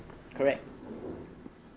correct